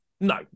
No